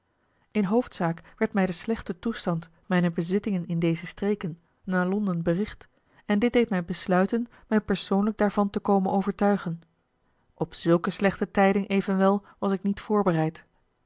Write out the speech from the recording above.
in hoofdzaak werd mij de slechte toestand mijner bezittingen in deze streken naar londen bericht en dit deed mij besluiten mij persoonlijk daarvan te komen overtuigen op zulke slechte tijding evenwel was ik niet voorbereid